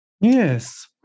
Yes